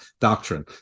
doctrine